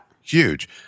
Huge